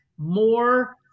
more